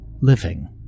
living